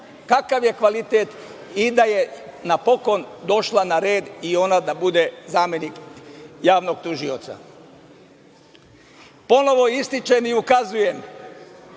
kakav je kvalitet i da je napokon došla na red i ona da bude zamenik javnog tužioca. Ponovo ističem i ukazujem,